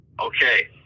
okay